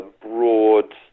broad